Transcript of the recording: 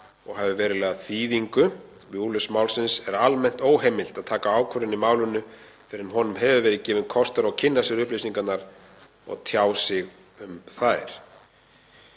og hafi verulega þýðingu við úrlausn málsins er almennt óheimilt að taka ákvörðun í málinu fyrr en honum hefur verið gefinn kostur á að kynna sér upplýsingarnar og tjá sig um þær.